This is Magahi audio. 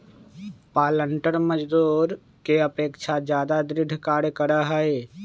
पालंटर मजदूर के अपेक्षा ज्यादा दृढ़ कार्य करा हई